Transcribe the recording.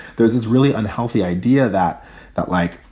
there's this really unhealthy idea that that like,